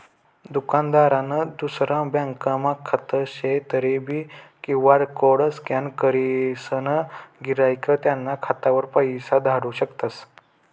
दुकानदारनं दुसरा ब्यांकमा खातं शे तरीबी क्यु.आर कोड स्कॅन करीसन गिराईक त्याना खातावर पैसा धाडू शकतस